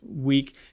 week